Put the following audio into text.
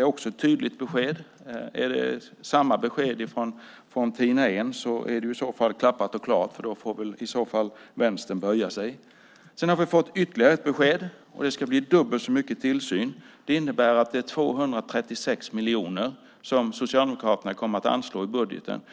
är också ett tydligt besked från Anders Ygeman. Om det är samma besked från Tina Ehn är det klappat och klart, för i så fall får väl Vänstern böja sig. Sedan har vi fått ytterligare ett besked: Det ska bli dubbelt så mycket tillsyn. Det innebär att Socialdemokraterna kommer att anslå 236 miljoner i budgeten.